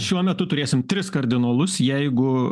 šiuo metu turėsim tris kardinolus jeigu